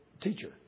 teacher